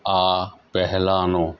આ પહેલાંનું